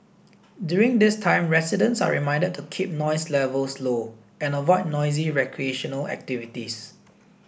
during this time residents are reminded to keep noise levels low and avoid noisy recreational activities